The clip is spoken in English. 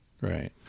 Right